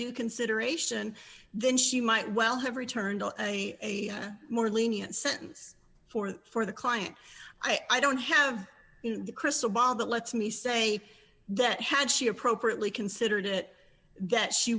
due consideration then she might well have returned a more lenient sentence for the for the client i don't have the crystal ball that lets me say that had she appropriately considered it that she